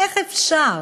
איך אפשר?